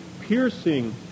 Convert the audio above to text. piercing